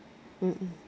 mm